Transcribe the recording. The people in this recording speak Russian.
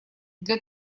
для